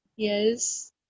Yes